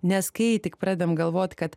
nes kai tik pradedam galvot kad